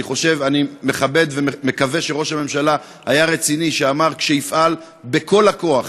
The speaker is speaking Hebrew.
אני מקווה שראש הממשלה היה רציני כשאמר שיפעל בכל הכוח